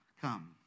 come